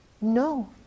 No